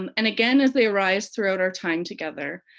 um and, again, as they arise throughout our time together.